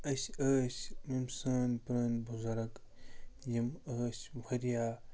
أسۍ ٲسۍ یِم سٲنۍ پرٛٲنۍ بُزرگ یِم ٲسۍ واریاہ